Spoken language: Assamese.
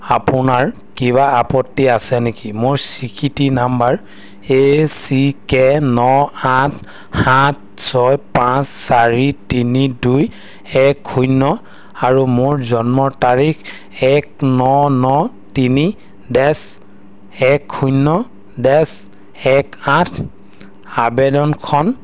আপোনাৰ কিবা আপত্তি আছে নেকি মোৰ স্বীকৃতি নাম্বাৰ এ চি কে ন আঠ সাত ছয় পাঁচ চাৰি তিনি দুই এক শূন্য আৰু মোৰ জন্মৰ তাৰিখ এক ন ন তিনি ডেচ এক শূন্য ডেচ এক আঠ আবেদনখন